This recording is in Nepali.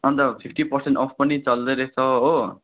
अन्त फिफ्टी पर्सेन्ट अफ् पनि चल्दैरहेछ हो